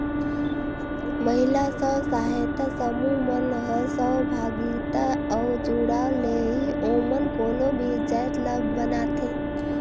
महिला स्व सहायता समूह मन ह सहभागिता अउ जुड़ाव ले ही ओमन कोनो भी जाएत ल बनाथे